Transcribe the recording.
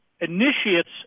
initiates